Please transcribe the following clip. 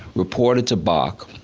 reported to bok,